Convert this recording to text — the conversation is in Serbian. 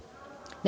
Ne